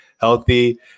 Healthy